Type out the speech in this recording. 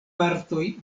partoj